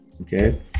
Okay